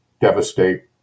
devastate